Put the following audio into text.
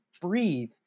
breathe